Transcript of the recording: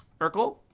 Urkel